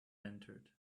entered